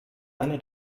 eine